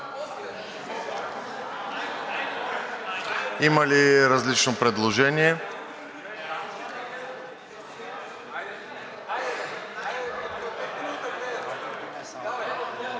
Има ли различно предложение?